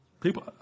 People